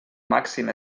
màxim